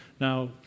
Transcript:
Now